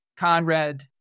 Conrad